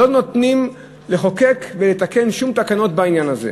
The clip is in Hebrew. לא נותנים לחוקק ולתקן שום תקנות בעניין הזה.